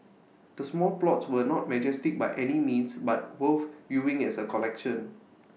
the small plots were not majestic by any means but worth viewing as A collection